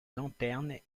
lanterne